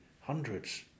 hundreds